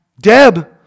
Deb